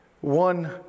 one